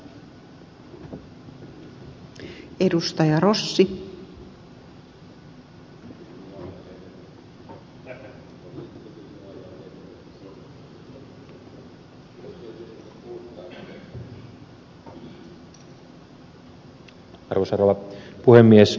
arvoisa rouva puhemies